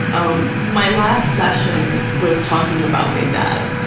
um my last session was talking about my dad.